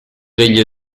degli